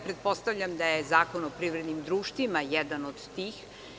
Pretpostavljam da je Zakon o privrednim društvima jedan od tih.